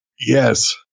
Yes